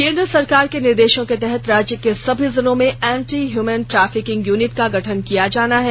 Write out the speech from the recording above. केंद्र सरकार के निर्देशों के तहत राज्य के सभी जिलों में एंटी ह्यूमन ट्रैफिकिंग यूनिट का गठन किया जाना है